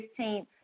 15th